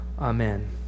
Amen